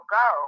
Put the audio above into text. go